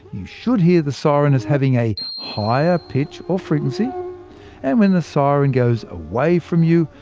you should hear the siren as having a higher pitch or frequency and when the siren goes away from you,